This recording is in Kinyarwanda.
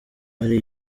ari